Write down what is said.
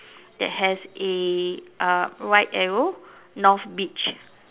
that has a uh right arrow North beach